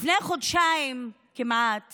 לפני כמעט